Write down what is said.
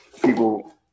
people